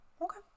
Okay